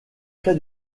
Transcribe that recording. cas